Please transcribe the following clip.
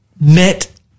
met